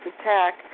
attack